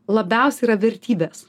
labiausiai yra vertybės